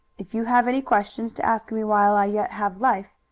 if you have any questions to ask me while i yet have life,